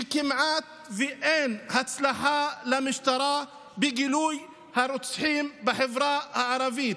וכמעט אין הצלחה למשטרה בגילוי הרוצחים בחברה הערבית.